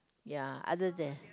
ya other then